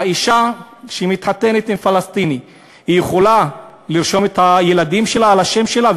האישה שמתחתנת עם פלסטיני יכולה לרשום את הילדים שלה על השם שלה,